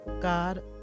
god